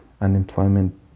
unemployment